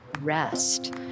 rest